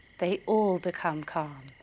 they all become calm